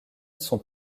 sont